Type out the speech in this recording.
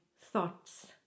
thoughts